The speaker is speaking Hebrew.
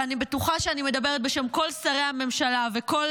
ואני בטוחה שאני מדברת בשם כל שרי הממשלה וכל